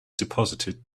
deposited